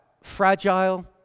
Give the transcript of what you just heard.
fragile